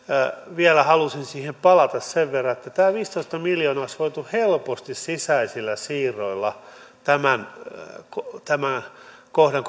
vielä halusin siihen palata sen verran että tämä viisitoista miljoonaa olisi voitu helposti sisäisillä siirroilla tämän tämän kohdan